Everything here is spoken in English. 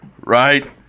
right